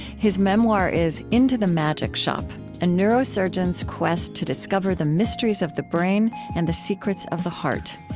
his memoir is into the magic shop a neurosurgeon's quest to discover the mysteries of the brain and the secrets of the heart.